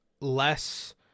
less